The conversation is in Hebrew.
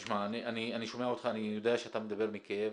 תשמע, אני שומע אותך, אני יודע שאתה מדבר מכאב.